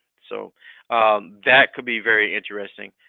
so that could be very interesting.